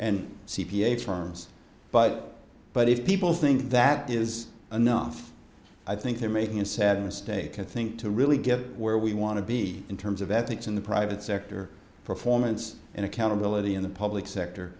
s firms but but if people think that is enough i think they're making a sad mistake to think to really get where we want to be in terms of ethics in the private sector performance and accountability in the public sector